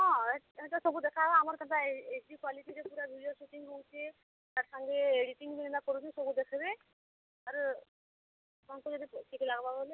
ହଁ ହେଟା ସବୁ ଦେଖାହେବା ଆମର କେନ୍ତା ଏଚ୍ଡ଼ି କ୍ଵାଲିଟିରେ ପୁରା ଭିଡ଼ିଓ ସୁଟିଂ ହେଉଛେ ତା'ର୍ ସାଙ୍ଗେ ଏଡ଼ିଟିଙ୍ଗ୍ ବି କେନ୍ତା କରୁଛେ ସବୁ ଦେଖ୍ବେ ଆର୍ ଆପଣଙ୍କୁ ଯଦି ଠିକ୍ ଲାଗ୍ବା ବେଲେ